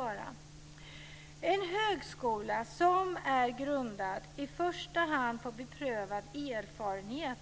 Yrkeshögskolan ska vara grundad på i första hand beprövad erfarenhet,